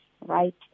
right